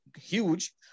huge